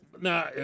now